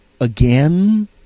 again